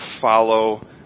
follow